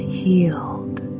healed